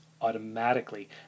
automatically